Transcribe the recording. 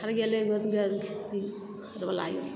फरैलै ग की